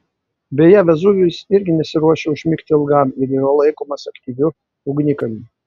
beje vezuvijus irgi nesiruošia užmigti ilgam ir yra laikomas aktyviu ugnikalniu